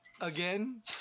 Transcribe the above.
again